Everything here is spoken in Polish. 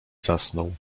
zasnął